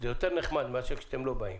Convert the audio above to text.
זה יותר נחמד מאשר כשאתם לא באים.